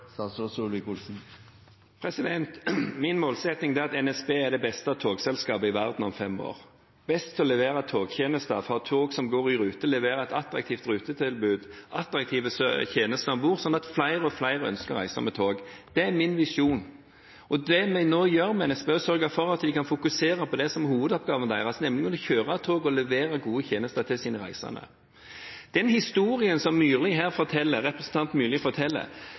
best til å levere togtjenester: tog som går i rute, et attraktivt rutetilbud og attraktive tjenester om bord, sånn at flere og flere ønsker å reise med tog. Det er min visjon. Det vi nå gjør med NSB, sørger for at vi kan fokusere på hovedoppgavene til NSB, nemlig å kjøre tog og levere gode tjenester til sine reisende. Den historien som representanten Myrli her forteller,